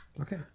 Okay